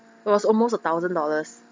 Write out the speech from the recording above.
it was almost a thousand dollars